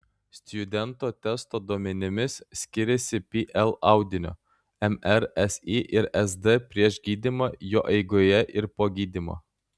stjudento testo duomenimis skiriasi pl audinio mr si ir sd prieš gydymą jo eigoje ir po gydymo